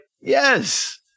yes